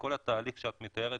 וכל התהליך שאת מתארת,